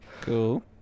cool